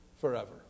forever